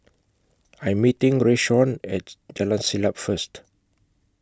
I'm meeting Rayshawn At Jalan Siap First